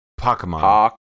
Pokemon